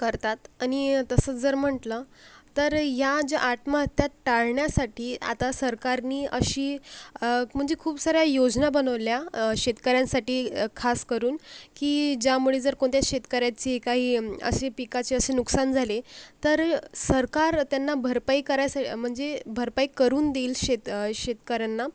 करतात आणि तसंच जर म्हटलं तर ह्या ज्या आत्महत्या टाळण्यासाठी आता सरकारनी अशी म्हणजे खूप साऱ्या योजना बनवल्या शेतकऱ्यांसाठी खास करून की ज्यामुळे जर कोणत्या शेतकऱ्याची काही असे पिकाचे असे नुकसान झाले तर सरकार त्यांना भरपाई करायसया म्हणजे भरपाई करून देईल शेत शेतकऱ्यांना